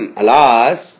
alas